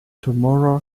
tomorrow